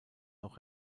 noch